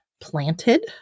planted